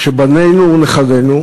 שבנינו ונכדינו